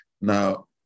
Now